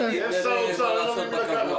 הכנסת)